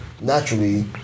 Naturally